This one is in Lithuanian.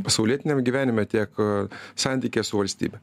pasaulietiniam gyvenime tiek santykyje su valstybe